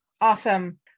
awesome